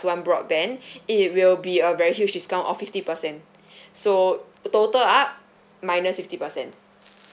one broadband it will be a very huge discount of fifty percent so the total up minus fifty percent